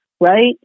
right